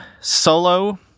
Solo